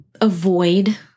avoid